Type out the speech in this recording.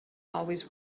always